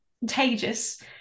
contagious